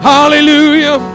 Hallelujah